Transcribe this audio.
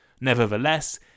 Nevertheless